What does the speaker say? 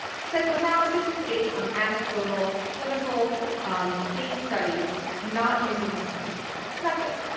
psychoanalysis is based on anecdotal clinical case studies not using the scientific method.